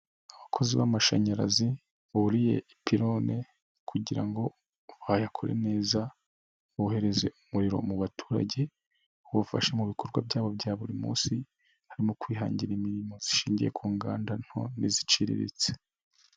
Abakozi b'amashanyarazi buriye i pironi kugira ngo bayakore neza bohereze umuriro mu baturage ubafasha mu bikorwa byabo bya buri munsi, harimo kwihangira imirimo ishingiye ku nganda nto n'iziciriritse.